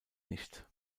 nicht